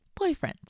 boyfriends